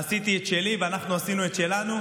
עשיתי את שלי ואנחנו עשינו את שלנו.